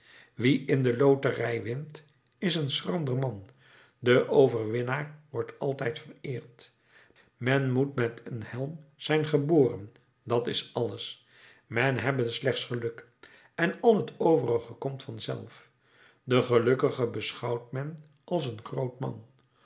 wie in de loterij wint is een schrander man de overwinnaar wordt altijd vereerd men moet met een helm zijn geboren dat is alles men hebbe slechts geluk en al t overige komt vanzelf den gelukkige beschouwt men als een groot man